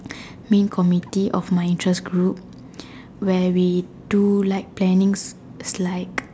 main committee of my interest group like we do like plannings like